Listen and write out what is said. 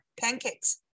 pancakes